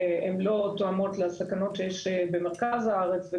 הם לא תואמות לסכנות שיש במרכז הארץ.